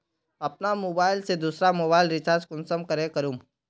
अपना मोबाईल से दुसरा मोबाईल रिचार्ज कुंसम करे करूम?